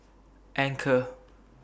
Anchor